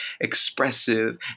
expressive